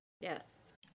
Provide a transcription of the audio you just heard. Yes